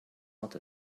out